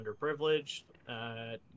underprivileged